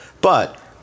But-